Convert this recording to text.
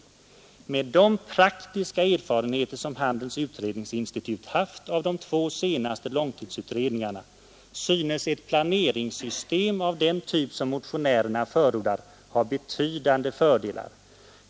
Med de praktiska erfarenheter som Handelns Utredningsinstitut haft av de två senaste långtidsutredningarna synes ett planeringssystem av den typ som motionärerna förordar ha betydande fördelar.